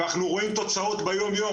ואנחנו רואים תוצאות ביומיום.